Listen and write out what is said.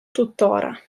tuttora